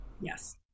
Yes